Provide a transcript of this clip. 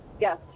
yes